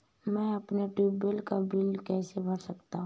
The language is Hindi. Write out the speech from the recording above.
मैं अपने ट्यूबवेल का बिल कैसे भर सकता हूँ?